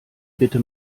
bitte